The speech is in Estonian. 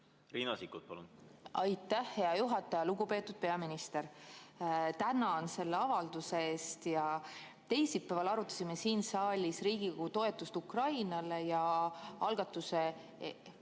Riina Sikkut, palun! Aitäh, hea juhataja! Lugupeetud peaminister, tänan selle avalduse eest! Teisipäeval arutasime siin saalis Riigikogu toetust Ukrainale. Algatajate